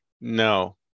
No